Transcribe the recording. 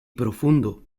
profundo